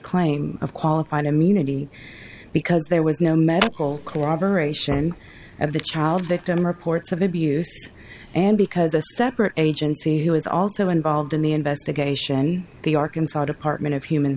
claim of qualified immunity because there was no medical cooperation of the child victim reports of abuse and because a separate agency who was also involved in the investigation the arkansas department of human